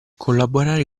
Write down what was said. collaborare